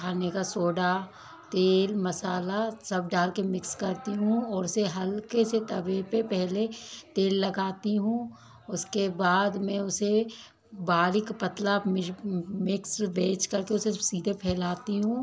खाने का सोडा तेल मसाला सब डाल कर मिक्स करती हूँ और उसे हल्के से तवे पर पहले तेल लगाती हूँ उसके बाद मैं उसे बारीक पतला मिक्स बेज कर के उसे सीधे फैलाती हूँ